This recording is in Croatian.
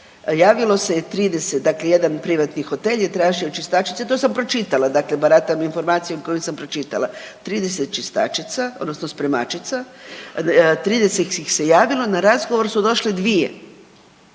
Javilo se je 30, dakle jedan privatni hotel je tražio čistačice, to sam pročitala, dakle baratam informacijom koju sam pročitala, 30 čistačica odnosno spremačica, 30 ih se javilo, na razgovor su došle 2.